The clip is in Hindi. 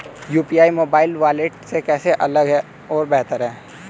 यू.पी.आई मोबाइल वॉलेट से कैसे अलग और बेहतर है?